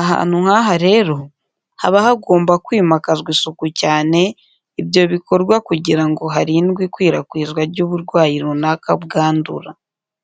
Ahantu nk'aha rero, haba hagomba kwimakazwa isuku cyane ibyo bikorwa kugira ngo harindwe ikwirakwizwa ry’uburwayi runaka bwandura.